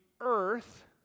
earth